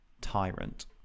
tyrant